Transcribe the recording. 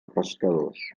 pescadors